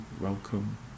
welcome